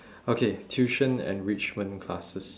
okay tuition enrichment classes